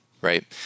right